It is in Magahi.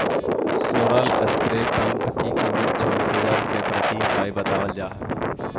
सोलर स्प्रे पंप की कीमत चौबीस हज़ार रुपए प्रति इकाई बतावल जा हई